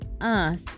earth